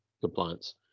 compliance